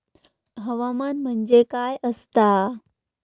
हवामान म्हणजे काय असता?